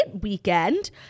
weekend